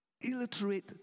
Illiterate